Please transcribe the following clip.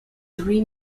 three